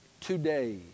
today